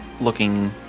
looking